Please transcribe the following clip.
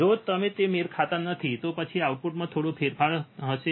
જો તેઓ મેળ ખાતા નથી તો પછી આઉટપુટમાં થોડો ફેરફાર થશે